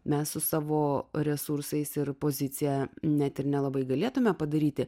mes su savo resursais ir pozicija net ir nelabai galėtumėme padaryti